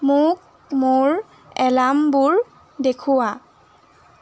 মোক মোৰ এলাৰ্মবোৰ দেখুওৱা